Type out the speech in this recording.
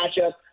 matchup